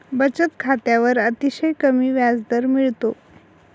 बचत खात्यावर अतिशय कमी व्याजदर मिळतो